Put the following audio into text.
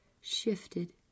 shifted